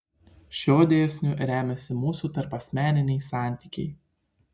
šiuo dėsniu remiasi mūsų tarpasmeniniai santykiai